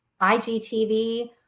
IGTV